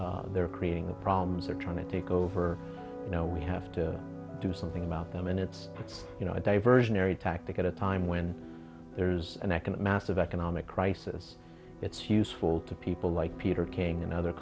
is they're creating the problems are trying to take over you know we have to do something about them and it's it's you know a diversionary tactic at a time when there's an economics of economic crisis it's useful to people like peter king and other